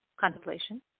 contemplation